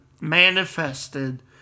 manifested